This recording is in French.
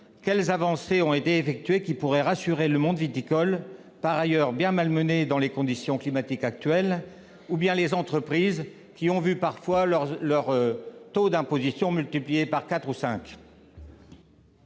quelles avancées ont été effectuées, qui pourraient rassurer le monde viticole par ailleurs bien malmené dans les conditions climatiques actuelles et les entreprises qui ont vu parfois leur taux d'imposition multiplié par quatre